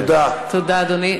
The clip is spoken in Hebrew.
תודה, אדוני.